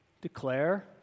declare